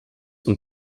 und